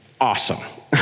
awesome